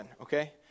okay